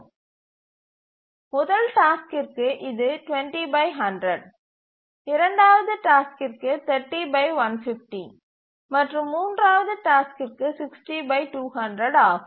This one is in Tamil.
முதல் டாஸ்க்கிற்கு இது இரண்டாவது டாஸ்க்கிற்கு மற்றும் மூன்றாவது டாஸ்க்கிற்கு ஆகும்